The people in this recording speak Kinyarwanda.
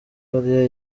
korea